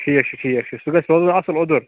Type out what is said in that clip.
ٹھیٖک چھُ ٹھیٖک چھُ سُہ گژھِ روزُن اَصٕل اوٚدُر